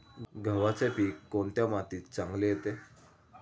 गव्हाचे पीक कोणत्या मातीत चांगले येते?